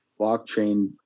blockchain